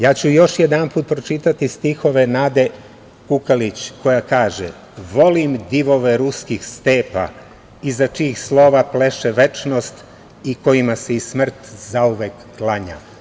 Ja ću još jedanput pročitati stihove Nade Kukalić, koja kaže – volim divove ruskih stepa iza čijih slova pleše večnost i kojima se i smrt zauvek klanja.